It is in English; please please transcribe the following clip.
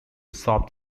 soft